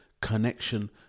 connection